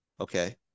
Okay